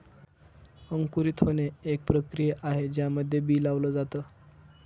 अंकुरित होणे, एक प्रक्रिया आहे ज्यामध्ये बी लावल जाता